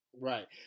Right